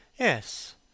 Yes